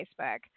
Facebook